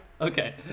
Okay